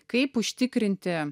kaip užtikrinti